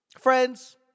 Friends